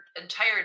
entire